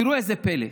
תראו איזה פלא.